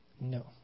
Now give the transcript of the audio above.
No